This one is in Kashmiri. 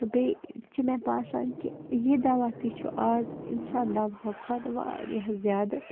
تہٕ بیٚیہِ چھِ مےٚ باسان کہِ یہِ دوا تہِ چھُ آز اِنسان دَوہو کھۄتہٕ واریاہ زیادٕ